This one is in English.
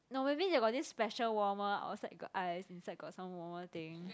no maybe they got this special warmer outside got ice inside got some warmer thing